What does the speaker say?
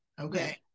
okay